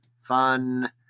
fun